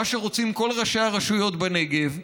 מה שרוצים כל ראשי הרשויות בנגב.